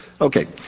Okay